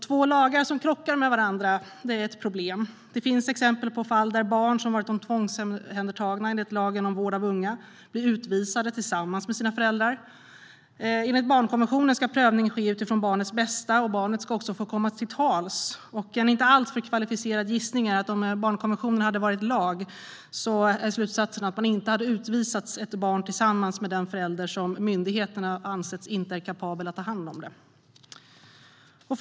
Två lagar som krockar med varandra är ett problem. Det finns exempel på fall där barn som varit tvångsomhändertagna enligt lagen om vård av unga blir utvisade tillsammans med sina föräldrar. Enligt barnkonventionen ska prövning ske utifrån barnets bästa. Barnet ska också få komma till tals. En inte alltför kvalificerad gissning är att med barnkonventionen som lag hade man kommit till slutsatsen att man inte kan utvisa ett barn tillsammans med den förälder som myndigheter alltså ansett inte vara kapabel att ta hand om barnet.